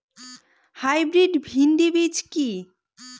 Hybrid ভীন্ডি বীজ কি?